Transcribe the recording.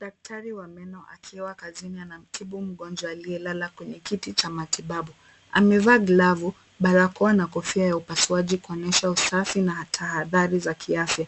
Daktari wa meno akiwa kazini anamtibu mgonjwa aliyelala kwenye kiti cha matibabu. Amevaa glavu, barakoa na kofia ya upasuaji kuonyesha usafi na tahadhari za kiafya.